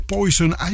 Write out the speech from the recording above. Poison